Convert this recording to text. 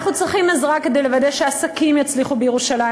אנחנו צריכים עזרה כדי לוודא שהעסקים יצליחו בירושלים,